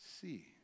see